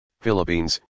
Philippines